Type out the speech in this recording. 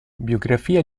biografia